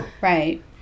Right